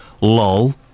Lol